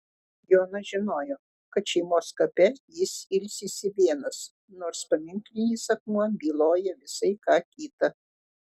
jonas žinojo kad šeimos kape jis ilsisi vienas nors paminklinis akmuo byloja visai ką kita